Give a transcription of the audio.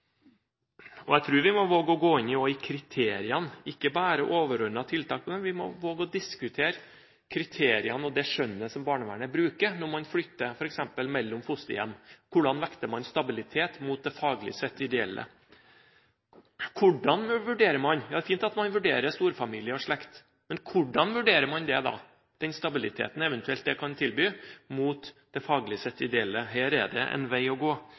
Jeg tror vi også må våge å gå inn i kriteriene – ikke bare i overordnede tiltak. Vi må våge å diskutere kriteriene og det skjønnet som barnevernet bruker, f.eks. når man flytter mellom fosterhjem. Hvordan vekter man stabilitet mot det faglig sett ideelle? Hvordan vurderer man? Det er fint at man vurderer storfamilie og slekt, men hvordan vurderer man den stabiliteten det eventuelt kan tilby, mot det faglig sett ideelle? Her er det en vei å gå,